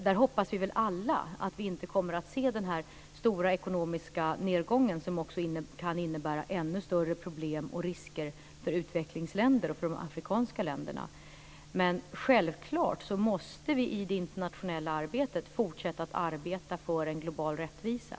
Där hoppas vi väl alla att vi inte kommer att se den stora ekonomiska nedgången som också kan innebära ännu större problem och risker för utvecklingsländer och för de afrikanska länderna. Men självklart måste vi i det internationella arbetet fortsätta att arbeta för en global rättvisa.